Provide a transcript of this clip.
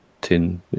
Tin